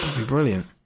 brilliant